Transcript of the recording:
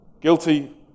Guilty